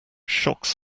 shocks